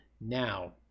Now